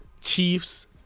Chiefs